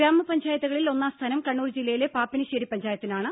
ഗ്രാമ പഞ്ചായത്തുകളിൽ ഒന്നാം സ്ഥാനം കണ്ണൂർ ജില്ലയിലെ പാപ്പിനിശ്ശേരി പഞ്ചായത്തിനാണ്